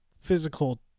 physical